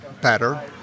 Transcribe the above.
better